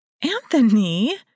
Anthony